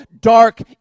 dark